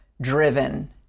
driven